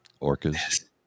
Orcas